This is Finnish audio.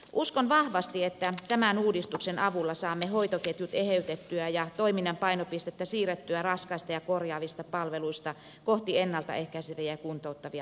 uskon vahvasti että tämän uudistuksen avulla saamme hoitoketjut eheytettyä ja toiminnan painopistettä siirrettyä raskaista ja korjaavista palveluista kohti ennalta ehkäiseviä ja kuntouttavia palveluita